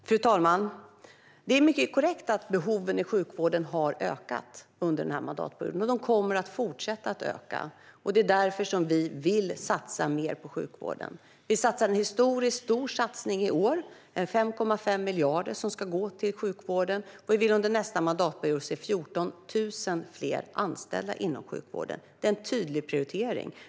Fru talman! Det är korrekt att behoven i sjukvården har ökat under den här mandatperioden, och de kommer att fortsätta öka. Det är därför som vi vill satsa mer på sjukvården. Vi gör en historiskt stor satsning i år med 5,5 miljarder som ska gå till sjukvården, och vi vill under nästa mandatperiod se 14 000 fler anställda inom sjukvården. Det är en tydlig prioritering.